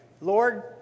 Lord